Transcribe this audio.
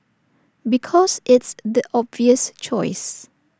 because it's the obvious choice